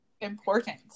important